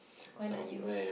why not you